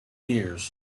years